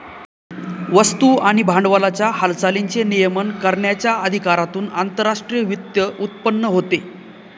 वस्तू आणि भांडवलाच्या हालचालींचे नियमन करण्याच्या अधिकारातून आंतरराष्ट्रीय वित्त उत्पन्न होते